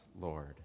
Lord